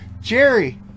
Jerry